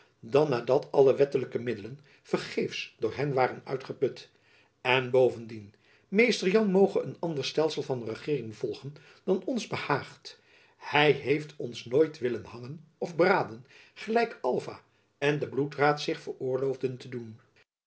dan na dat alle wettelijke middelen vergeefs door hen waren uitgeput en bovendien mr jan moge een ander stelsel van regeering volgen dan ons behaagt hy heeft ons nooit willen hangen of braden gelijk alva en de bloedraad zich veroorloofden te doen